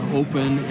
open